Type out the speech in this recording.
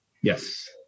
Yes